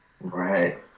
Right